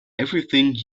everything